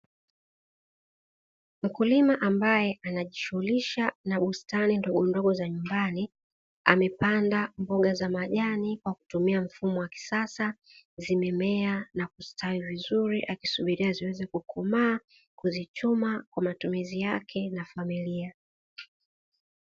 Mkulima ambaye anajishughulisha na bustani ndogo ndogo za nyumbani amepanda mboga za majani kwa kutumia mfumo wa kisasa, zimemea na kustawi vizuri akisubiria ziweze kukumaa kuzichuma kwa matumizi yake na familia.